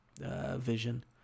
vision